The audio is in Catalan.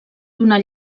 donat